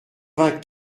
vingt